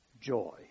joy